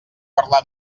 parlar